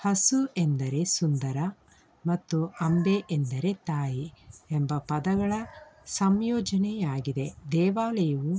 ಹಸು ಎಂದರೆ ಸುಂದರ ಮತ್ತು ಅಂಬೆ ಎಂದರೆ ತಾಯಿ ಎಂಬ ಪದಗಳ ಸಂಯೋಜನೆ ಆಗಿದೆ ದೇವಾಲಯವು